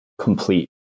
complete